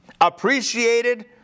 appreciated